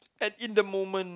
at in the moment